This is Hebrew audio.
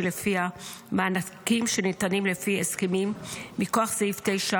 שלפיה מענקים שניתנים לפי הסכמים מכוח סעיף 9,